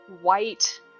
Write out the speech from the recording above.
white